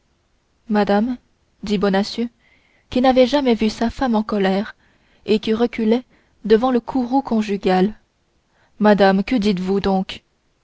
madame dit bonacieux qui n'avait jamais vu sa femme en colère et qui reculait devant le courroux conjugal madame que dites-vous donc